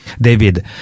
David